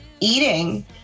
eating